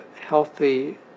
healthy